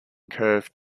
curved